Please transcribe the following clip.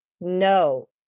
no